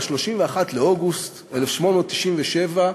31 באוגוסט 1897,